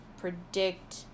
predict